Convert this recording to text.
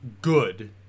good